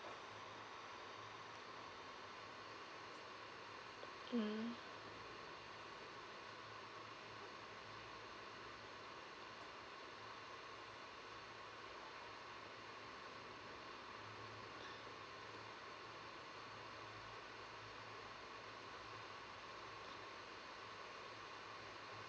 mm